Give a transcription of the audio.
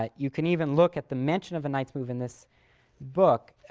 ah you can even look at the mention of a knight's move in this book.